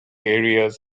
areas